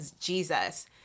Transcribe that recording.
Jesus